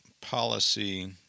policy